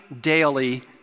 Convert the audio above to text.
daily